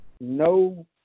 no